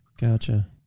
Gotcha